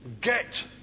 get